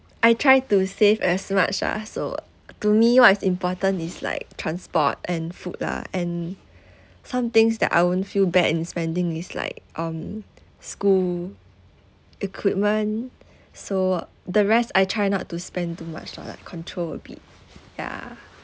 I try to save as much ah so to me what is important is like transport and food lah and some things that I won't feel bad in spending is like um school equipment so the rest I try not to spend too much I like control a bit ya